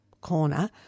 corner